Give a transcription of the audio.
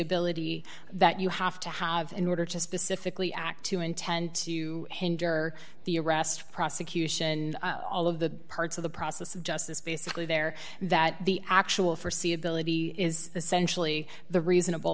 ability that you have to have in order to specifically act to intend to hinder the arrest prosecution all of the parts of the process of justice basically there that the actual forsee ability is essentially the reasonable